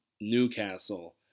Newcastle